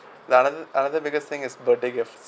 the another another biggest thing is birthday gifts